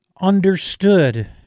understood